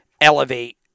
elevate